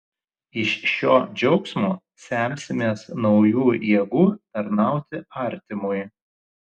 iš šio džiaugsmo semsimės naujų jėgų tarnauti artimui